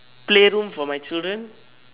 play room for my children